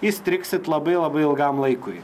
įstrigsit labai labai ilgam laikui